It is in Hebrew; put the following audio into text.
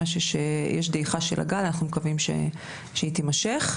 ממש יש דעיכה של הגל, אנחנו מקווים שהיא תימשך,